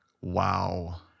Wow